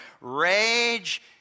Rage